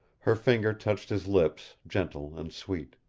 her finger touched his lips, gentle and sweet.